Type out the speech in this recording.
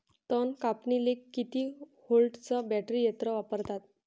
तन कापनीले किती व्होल्टचं बॅटरी यंत्र वापरतात?